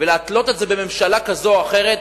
ולתלות את זה בממשלה כזאת או אחרת,